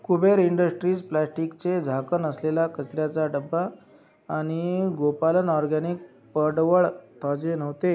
Kuber industries प्लॅस्टिकचे झाकण असलेला कचऱ्याचा डबा आणि गोपालन ऑरगॅनिक पडवळ ताजे नव्हते